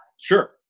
Sure